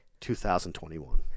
2021